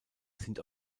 sind